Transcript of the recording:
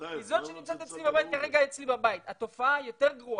טייב, למה לא צלצלת לראובן?